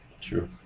Sure